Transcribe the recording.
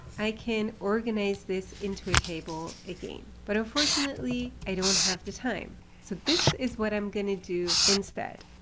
i can organize this into a table again, but unfortunately i don't have the time. so this is what i'm going to do instead.